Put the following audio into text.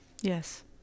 Yes